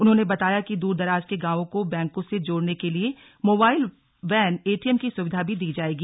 उन्होंने बताया कि द्रदराज के गांवों को बैंकों से जोड़ने के लिए मोबाइल वैन एटीएम की सुविधा भी दी जाएगी